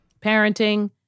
Parenting